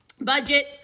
budget